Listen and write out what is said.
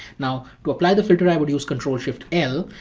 now, to apply the filter i would use control shift l.